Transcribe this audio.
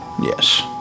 yes